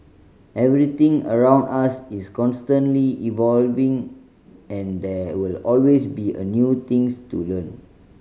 everything around us is constantly evolving and there will always be a new things to learn